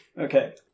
okay